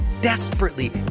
desperately